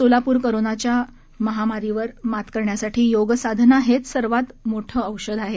सोलापूर कोरोनाच्या महामारीवर मात करण्यासाठी योग साधना हेच सर्वात मोठे औषध आहे